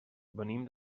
venim